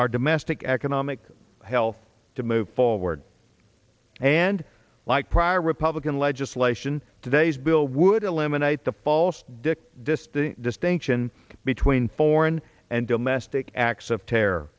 our domestic economic health to move forward and like prior republican legislation today's bill would eliminate the false dick distance distinction between foreign and domestic acts of terror